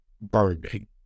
burning